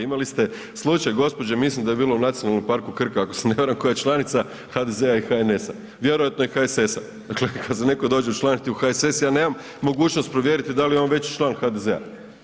Imali ste slučaj gospođe mislim da je bila u Nacionalnom parku Krka ako se ne varam koja je članica HDz-a i HNs-a, vjerojatno i HSS-a, dakle kad se netko dođe učlaniti u HSS ja nemam mogućnost provjeriti da li je on već član HDZ-a.